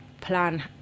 plan